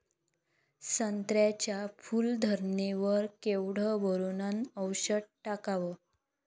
संत्र्याच्या फूल धरणे वर केवढं बोरोंन औषध टाकावं?